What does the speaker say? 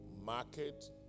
market